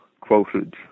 quoted